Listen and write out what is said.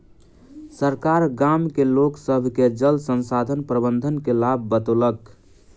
सरकार गाम के लोक सभ के जल संसाधन प्रबंधन के लाभ बतौलक